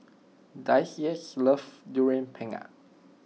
Daisye loves Durian Pengat